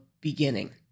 beginning